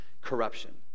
corruption